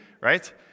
right